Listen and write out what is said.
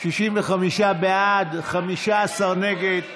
65 בעד, 15 נגד.